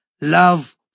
love